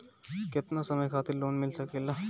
केतना समय खातिर लोन मिल सकेला?